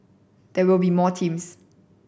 there will be more teams